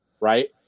Right